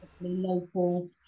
local